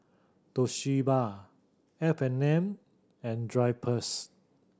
Toshiba F and N and Drypers